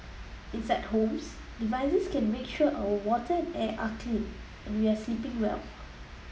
inside homes devices can make sure our water and air are clean and we are sleeping well